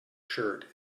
shirt